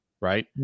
right